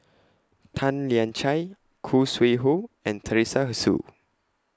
Tan Lian Chye Khoo Sui Hoe and Teresa Hsu